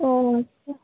ও আচ্ছা